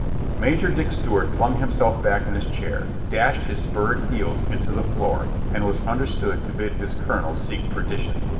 major dick stewart flung himself back in his chair, dashed his spurred heels into the floor and was understood to bid his colonel seek perdition.